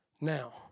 now